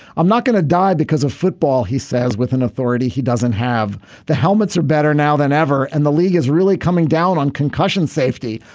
i'm not going to die because of football he says with an authority. he doesn't have the helmets are better now than ever and the league is really coming down on concussion safety.